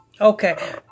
Okay